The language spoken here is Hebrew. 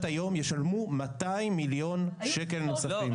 היום ישלמו 200 מיליון שקל נוספים.